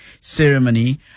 ceremony